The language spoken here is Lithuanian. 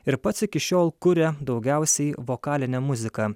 ir pats iki šiol kuria daugiausiai vokalinę muziką